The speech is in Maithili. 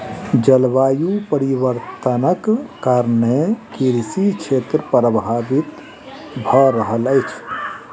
जलवायु परिवर्तनक कारणेँ कृषि क्षेत्र प्रभावित भअ रहल अछि